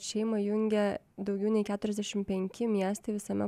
šeimą jungia daugiau nei keturiasdešim penki miestai visame